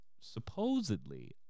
supposedly